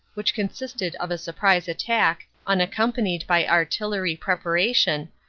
which consisted of a sur prise attack, unaccompanied by artillery preparation,